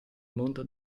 mondo